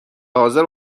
حاضر